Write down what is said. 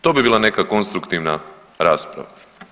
To bi bila neka konstruktivna rasprava.